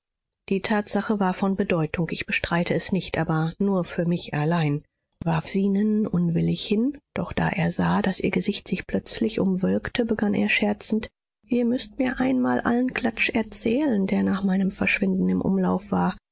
die tatsache war von bedeutung ich bestreite es nicht aber nur für mich allein warf zenon unwillig hin doch da er sah daß ihr gesicht sich plötzlich umwölkte begann er scherzend ihr müßt mir einmal allen klatsch erzählen der nach meinem verschwinden im umlauf war